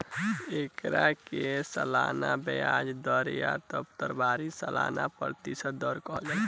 एकरा के सालाना ब्याज दर या त प्रभावी सालाना प्रतिशत दर कहल जाला